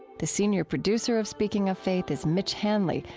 the senior producer of speaking of faith is mitch hanley,